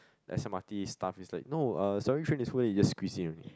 the S M_R_T staff is like no uh sorry train is full then you just squeeze in only